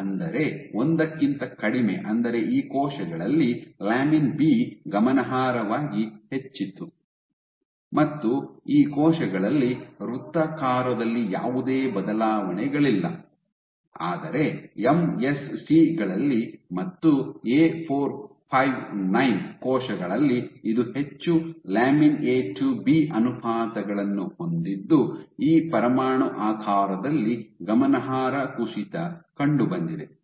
ಅಂದರೆ ಒಂದಕ್ಕಿಂತ ಕಡಿಮೆ ಅಂದರೆ ಈ ಕೋಶಗಳಲ್ಲಿ ಲ್ಯಾಮಿನ್ ಬಿ ಗಮನಾರ್ಹವಾಗಿ ಹೆಚ್ಚಿತ್ತು ಮತ್ತು ಈ ಕೋಶಗಳಲ್ಲಿ ವೃತ್ತಾಕಾರದಲ್ಲಿ ಯಾವುದೇ ಬದಲಾವಣೆಗಳಿಲ್ಲ ಆದರೆ ಎಂ ಎಸ್ ಸಿ ಗಳಲ್ಲಿ ಮತ್ತು ಎ 459 ಕೋಶಗಳಲ್ಲಿ ಇದು ಹೆಚ್ಚು ಲ್ಯಾಮಿನ್ ಎ ಟು ಬಿ ಅನುಪಾತಗಳನ್ನು ಹೊಂದಿದ್ದು ಈ ಪರಮಾಣು ಆಕಾರದಲ್ಲಿ ಗಮನಾರ್ಹ ಕುಸಿತ ಕಂಡುಬಂದಿದೆ